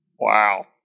Wow